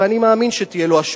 ואני מאמין שתהיה לו השפעה.